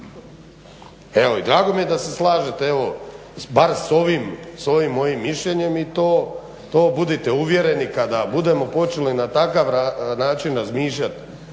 Evo i drago mi je da se slažete, evo bar s ovim mojim mišljenjem i to budite uvjereni kada budemo počeli na takav način razmišljati